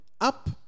up